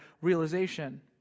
realization